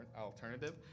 alternative